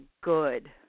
good